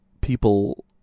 people